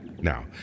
Now